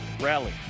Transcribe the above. rally